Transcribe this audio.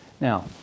Now